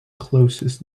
closest